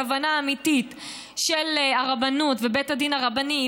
הכוונה האמיתית של הרבנות ובית הדין הרבני,